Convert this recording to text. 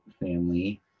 family